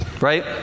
Right